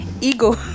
Ego